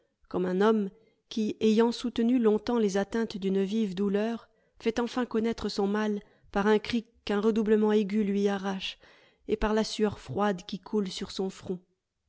comme un homme qui ayant soutenu long-temps les atteintes d'une vive douleur fait enfin connaître son mal par un cri qu'un redoublement aigu lui arrache et par la sueur froide qui coule sur son front